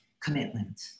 commitment